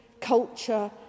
culture